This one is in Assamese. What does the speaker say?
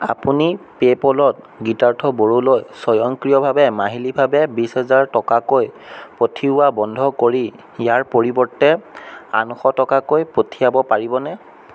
আপুনি পে'পলত গীতাৰ্থ বড়োলৈ স্বয়ংক্ৰিয়ভাৱে মাহিলীভাৱে বিশ হাজাৰ টকাকৈ পঠিওৱা বন্ধ কৰি ইয়াৰ পৰিৱৰ্তে আঠশ টকাকৈ পঠিয়াব পাৰিবনে